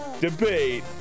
debate